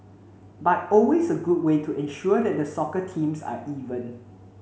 but always a good way to ensure that the soccer teams are even